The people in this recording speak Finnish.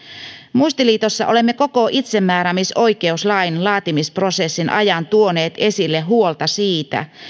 muistiliitossa olemme koko itsemääräämisoikeuslain laatimisprosessin ajan tuoneet esille huolta siitä